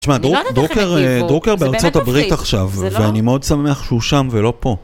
תשמע, דרוקר דרוקר בארצות הברית עכשיו, ואני מאוד שמח שהוא שם ולא פה.